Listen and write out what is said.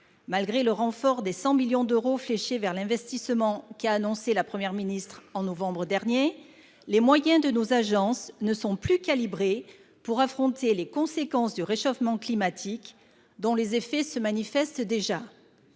Malgré le renfort des 100 millions d'euros fléchés vers l'investissement qu'a annoncé la Première ministre au mois de novembre dernier, les moyens de nos agences ne sont plus calibrés pour affronter les conséquences du réchauffement climatique, dont les effets se manifestent déjà.